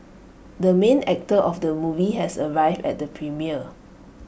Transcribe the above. the main actor of the movie has arrived at the premiere